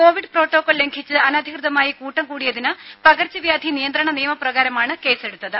Covid protocol ലംഘിച്ച് അനധികൃതമായി കൂട്ടം കൂടിയതിന് പകർച്ചവ്യാധി നിയന്ത്രണ നിയമ പ്രകാരമാണ് കേസെടുത്തത്